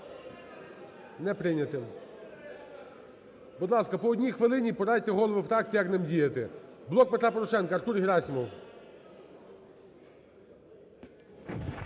не прийняте. Будь ласка, по одній хвилині, порадьте голови фракцій, як нам діяти. "Блок Петра Порошенка". Артур Герасимов.